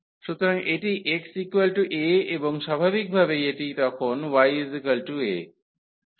সুতরাং এটি x a এবং স্বাভাবিকভাবেই এটিও তখন y a